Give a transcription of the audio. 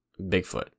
Bigfoot